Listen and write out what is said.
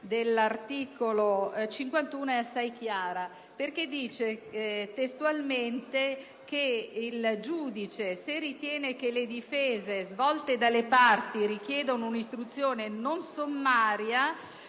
dell'articolo 51 è assai chiara in quanto recita testualmente che il giudice, se ritiene che le difese svolte dalle parti richiedono un'istruzione non sommaria,